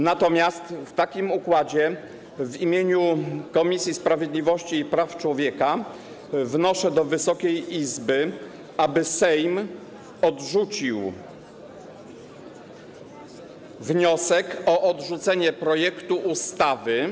Natomiast w takim układzie w imieniu Komisji Sprawiedliwości i Praw Człowieka wnoszę, Wysoka Izbo, aby Sejm odrzucił wniosek o odrzucenie projektu ustawy.